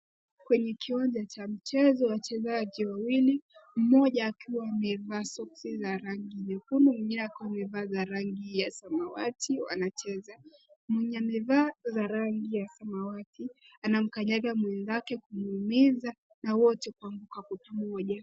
Kwenye kiwanja cha mchezo wachezaji wawili, mmoja akiwa amevaa soksi za rangi nyekundu ya mwinginee akiwa amevaa za rangi ya samawati wananacheza mwenye amevaa za rangi ya samawati anamkanyanga mwenzake kumuuumiza na wote kuanguka kwa pamoja.